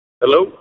Hello